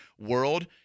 world